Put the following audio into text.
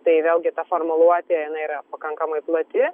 tai vėlgi ta formuluotė jinai yra pakankamai plati